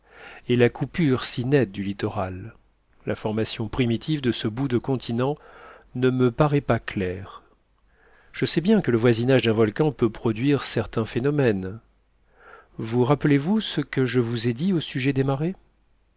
et la coupure si nette du littoral la formation primitive de ce bout de continent ne me parait pas claire je sais bien que le voisinage d'un volcan peut produire certains phénomènes vous rappelez-vous ce que je vous ai dit au sujet des marées